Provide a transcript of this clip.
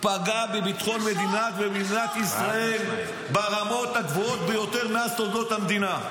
פגע בביטחון המדינה ובמדינת ישראל ברמות הגבוהות ביותר בתולדות המדינה.